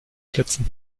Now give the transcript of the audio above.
plätzen